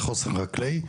לחוסן חקלאי,